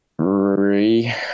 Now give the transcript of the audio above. Three